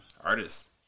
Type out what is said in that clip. artist